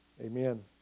amen